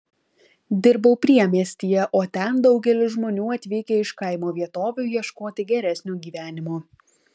dirbau priemiestyje o ten daugelis žmonių atvykę iš kaimo vietovių ieškoti geresnio gyvenimo